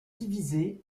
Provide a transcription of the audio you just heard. divisée